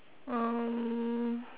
um